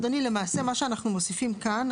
למעשה מה שאנחנו מוסיפים כאן,